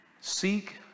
Seek